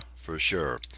for sure.